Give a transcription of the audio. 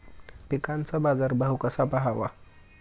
पिकांचा बाजार भाव कसा पहावा?